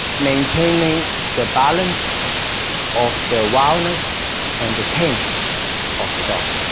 maintaining the balance of the wildness and the tameness of the dog